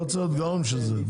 לא צריך להיות גאון בשביל זה.